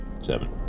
seven